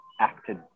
acted